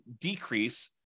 decrease